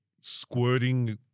squirting